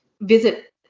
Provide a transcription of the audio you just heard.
visit